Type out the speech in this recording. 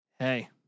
Hey